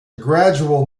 gradual